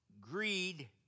greed